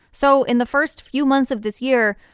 so in the first few months of this year,